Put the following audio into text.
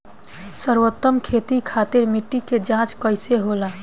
सर्वोत्तम खेती खातिर मिट्टी के जाँच कईसे होला?